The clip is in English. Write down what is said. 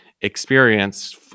experience